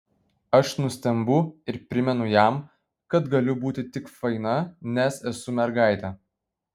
aš nustembu ir primenu jam kad galiu būti tik faina nes esu mergaitė